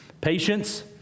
patience